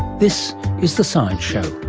this is the science show